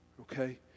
Okay